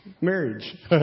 Marriage